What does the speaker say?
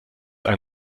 ein